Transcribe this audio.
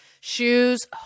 shoes